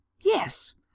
yes